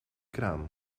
kraan